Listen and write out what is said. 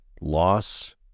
loss